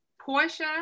Portia